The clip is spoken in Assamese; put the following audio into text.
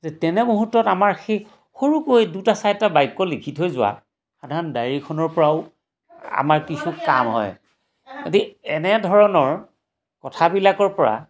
যে তেনে মুহূৰ্তত আমাৰ সেই সৰুকৈ দুটা চাৰিটা বাক্য লিখি থৈ যোৱা সাধাৰণ ডায়েৰীখনৰ পৰাও আমাৰ কিছু কাম হয় গতিকে এনেধৰণৰ কথাবিলাকৰ পৰা